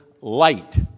light